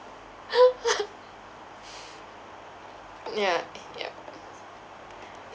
yeah yup